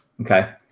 Okay